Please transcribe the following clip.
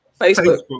Facebook